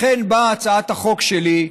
לכן באה הצעת החוק שלי,